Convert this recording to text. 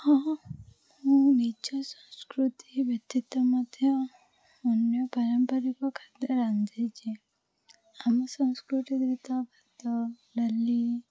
ହଁ ମୁଁ ନିଜ ସଂସ୍କୃତି ବ୍ୟତୀତ ମଧ୍ୟ ଅନ୍ୟ ପାରମ୍ପରିକ ଖାଦ୍ୟ ରାନ୍ଧିଛି ଆମ ସଂସ୍କୃତିରେ ତ ଭାତ ଡାଲି